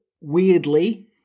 weirdly